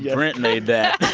yeah brent made that